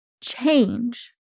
Change